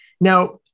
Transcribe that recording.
Now